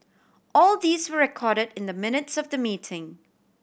all these were recorded in the minutes of the meeting